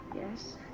Yes